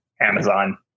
Amazon